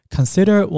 Consider